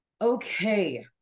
Okay